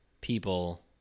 people